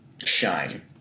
shine